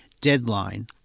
deadline